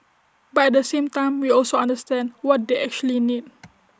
but at the same time we also understand what they actually need